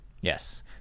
Yes